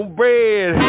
bread